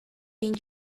been